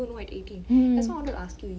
mm